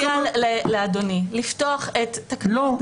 אני מציעה לאדוני לפתוח את תקנות החיפוש בגוף -- לא,